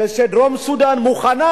ודרום-סודן מוכנה,